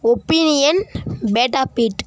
opinion beta beat